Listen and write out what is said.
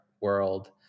world